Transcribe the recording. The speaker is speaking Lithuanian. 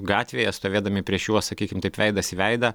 gatvėje stovėdami prieš juos sakykim taip veidas į veidą